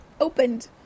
opened